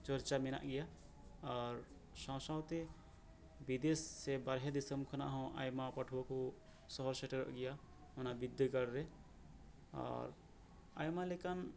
ᱪᱚᱨᱪᱟ ᱢᱮᱱᱟᱜ ᱜᱮᱭᱟ ᱟᱨ ᱥᱟᱶ ᱥᱟᱶᱛᱮ ᱵᱤᱫᱮᱥ ᱥᱮ ᱵᱟᱨᱦᱮ ᱫᱤᱥᱚᱢ ᱠᱷᱚᱱᱟᱜ ᱦᱚᱸ ᱟᱭᱢᱟ ᱯᱟᱹᱴᱷᱣᱟᱹ ᱠᱚ ᱥᱚᱦᱚᱨ ᱥᱮᱴᱮᱨᱚᱜ ᱜᱮᱭᱟ ᱚᱱᱟ ᱵᱤᱫᱽᱫᱟᱹᱜᱟᱲ ᱨᱮ ᱟᱨ ᱟᱭᱢᱟ ᱞᱮᱠᱟᱱ